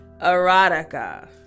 erotica